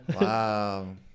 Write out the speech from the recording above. Wow